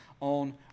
on